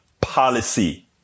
policy